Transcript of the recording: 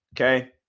Okay